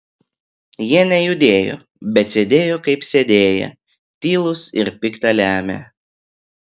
jie nejudėjo bet sėdėjo kaip sėdėję tylūs ir pikta lemią